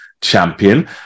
champion